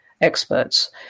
experts